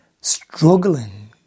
struggling